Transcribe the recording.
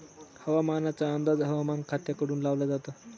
हवामानाचा अंदाज हवामान खात्याकडून लावला जातो